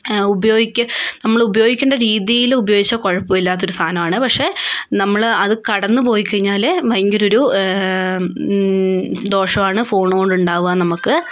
ഉപയോഗിക്ക നമ്മള് ഉപയോഗിക്കണ്ട രീതിയില് ഉപയോഗിച്ച കുഴപ്പം ഇല്ലാത്തൊരു സാധനമാണ് പക്ഷെ നമ്മള് അത് കടന്ന് പോയിക്കഴിഞ്ഞാല് ഭയങ്കര ഒരു ദോഷമാണ് ഫോണ് കൊണ്ട് ഉണ്ടാവുക നമുക്ക്